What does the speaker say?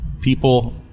people